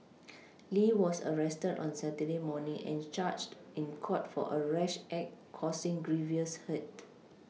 Lee was arrested on Saturday morning and charged in court for a rash act causing grievous hurt